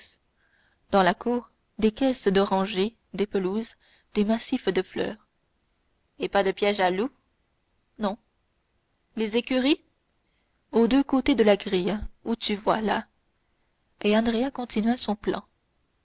dans la cour des caisses d'orangers des pelouses des massifs de fleurs et pas de pièges à loups non les écuries aux deux côtés de la grille où tu vois là andrea continua son plan